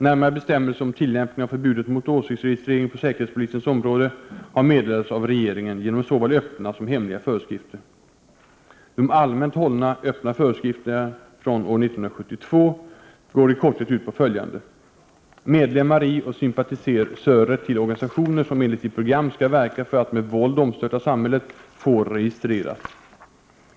Närmare bestämmelser om tillämpningen av förbudet mot åsiktsregistrering på säkerhetspolisens område har meddelats av regeringen genom såväl öppna som hemliga föreskrifter. De allmänt hållna, öppna föreskrifterna från år 1972 går i korthet ut på följande. Medlemmar i och sympatisörer till organisationer som enligt sitt program skall verka för att med våld omstörta samhället får registreras.